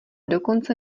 dokonce